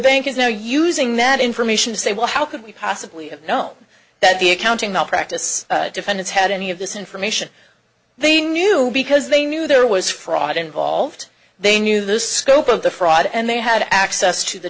bank is now using that information to say well how could we possibly know that the accounting malpractise defendants had any of this information they knew because they knew there was fraud involved they knew the scope of the fraud and they had access to the